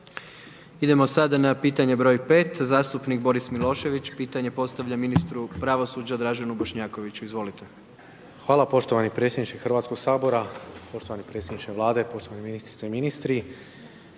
Idemo sada na pitanje broj 5, zastupnik Boris Milošević, pitanje postavlja ministru pravosuđa Draženu Bošnjakoviću. Izvolite. **Milošević, Boris (SDSS)** Hvala poštovani predsjedniče Hrvatskog sabora, poštovani predsjedniče Vlade, poštovane ministrice i ministri.